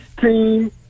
team